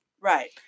right